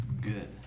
Good